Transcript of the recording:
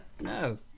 No